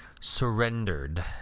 Surrendered